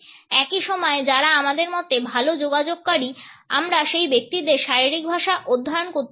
একই সময়ে যারা আমাদের মতে ভাল যোগাযোগকারী আমরা সেই ব্যক্তিদের শারীরিক ভাষা অধ্যয়ন করতে পারি